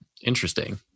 Interesting